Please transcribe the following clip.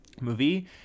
movie